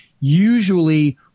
Usually